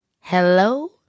hello